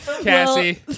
Cassie